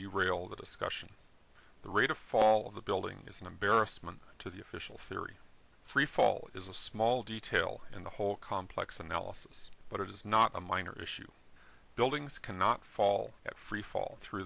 the discussion the rate of fall of the building is an embarrassment to the official fairy freefall is a small detail in the whole complex analysis but it is not a minor issue buildings cannot fall at freefall through